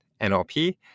NLP